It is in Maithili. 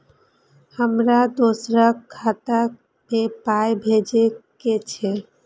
हमरा दोसराक खाता मे पाय भेजे के छै?